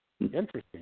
Interesting